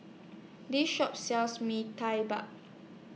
This Shop sells Mee Tai Bark